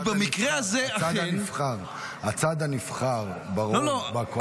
כי במקרה הזה --- הצד הנבחר ברוב, בקואליציה.